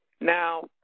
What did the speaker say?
Now